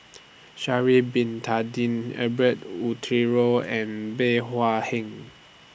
Sha'Ari Bin Tadin Herbert Eleuterio and Bey Hua Heng